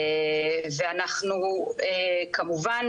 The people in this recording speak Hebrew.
זה אנחנו כמובן,